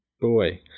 Boy